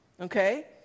Okay